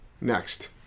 Next